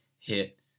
hit